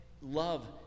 love